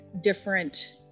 different